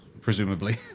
presumably